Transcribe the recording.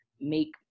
make